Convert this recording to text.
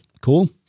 cool